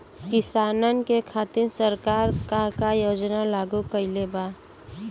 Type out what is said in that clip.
किसानन के खातिर सरकार का का योजना लागू कईले बा?